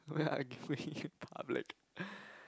oh yeah I give way in public